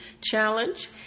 Challenge